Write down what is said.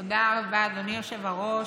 תודה רבה, אדוני היושב-ראש.